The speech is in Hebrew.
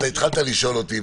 אתה התחלת לשאול אותי,